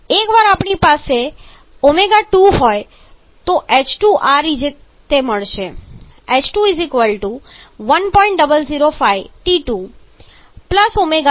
તેથી એકવાર આપણી પાસે ω2 હોય તો h2 આ મુજબ થશે h2 1